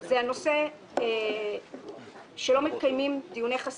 היושב-ראש אמר לנו: לא נתתי אישור לקיום ישיבה.